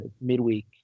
midweek